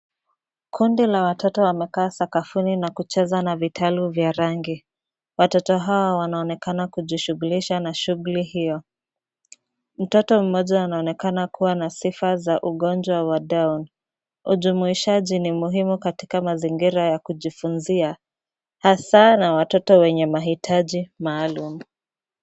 Kundi la watoto wamekaa sakafuni na kucheza na vitalu vya rangi. Watoti hawa wanaonekana kujishughulisha na shughuli hiyo. Mtoto mmoja anaonekana kuwa na sifa za ugonjwa wa down .Ujumuishaji ni muhimu katika mazingira ya kujifunzia hasa na watoto wenye mahitaji maalum.